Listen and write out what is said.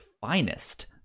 finest